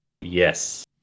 Yes